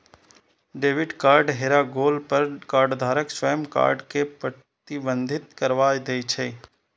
debit card हेरा गेला पर कार्डधारक स्वयं कार्ड कें प्रतिबंधित करबा दै छै